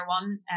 one